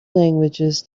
languages